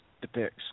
depicts